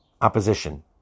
opposition